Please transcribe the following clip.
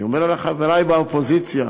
אני אומר לחברי באופוזיציה: